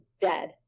dead